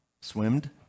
swimmed